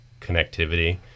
connectivity